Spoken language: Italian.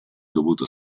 dovuto